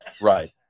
Right